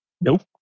Nope